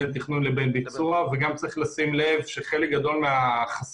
בין תכנון לבין ביצוע וגם צריך לשים לב שחלק גדול מהחסמים,